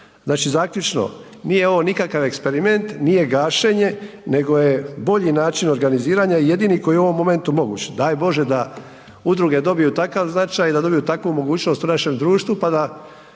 Znači zaključno, nije ovo nikakav eksperiment, nije gašenje nego je bolji način organiziranja i jedini koji je u ovom momentu moguć, daj Bože da udruge dobiju takav značaj, da dobiju takvu mogućnost u našem društvu, pa da